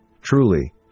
truly